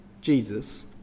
Jesus